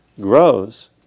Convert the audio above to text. grows